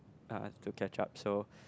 uh I have to catch up so